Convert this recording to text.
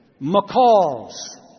McCall's